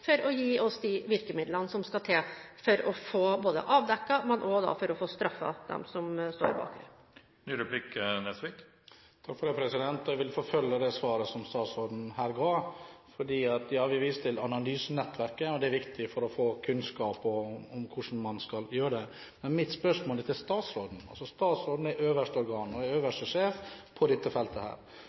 for å få de virkemidlene som skal til for å få både avdekket og straffet dem som står bak. Jeg vil forfølge det svaret som statsråden her ga. Det ble vist til analysenettverket, og det er viktig for å få kunnskap om hvordan man skal gjøre det. Statsråden er øverste organ og øverste sjef på dette feltet. Når det gjelder «blacklisting», er det noe som foretas, og listen ligger der, og den følger fartøyet. Mitt spørsmål til statsråden er: Vil statsråden